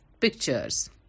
pictures